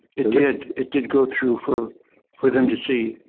it did. it did go through for for them to see.